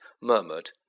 murmured